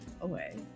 away